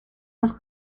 los